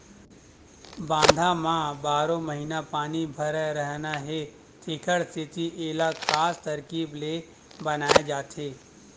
बांधा म बारो महिना पानी भरे रहना हे तेखर सेती एला खास तरकीब ले बनाए जाथे